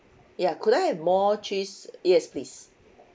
ya could I have more cheese yes please